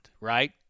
right